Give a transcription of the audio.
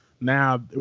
now